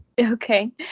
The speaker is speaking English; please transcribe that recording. Okay